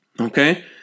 Okay